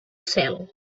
cel